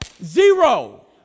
zero